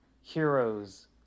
heroes